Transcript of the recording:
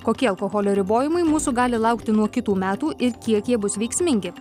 kokie alkoholio ribojimai mūsų gali laukti nuo kitų metų ir kiek jie bus veiksmingi